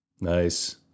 Nice